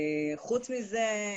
חוץ מזה,